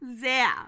Sehr